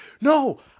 no